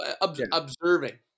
Observing